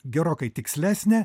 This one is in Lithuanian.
gerokai tikslesnė